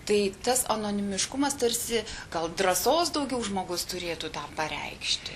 tai tas anonimiškumas tarsi gal drąsos daugiau žmogus turėtų tą pareikšti